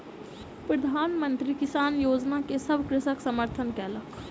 प्रधान मंत्री किसान योजना के सभ कृषक समर्थन कयलक